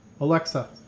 Alexa